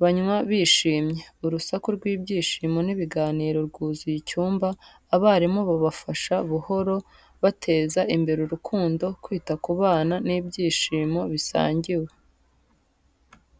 banywa bishimye. Urusaku rw’ibyishimo n’ibiganiro rwuzuye icyumba, abarimu babafasha buhoro, bateza imbere urukundo, kwita ku bana n’ibyishimo bisangiwe.